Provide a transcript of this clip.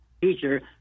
teacher